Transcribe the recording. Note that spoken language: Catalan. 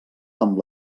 amb